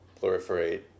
proliferate